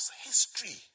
history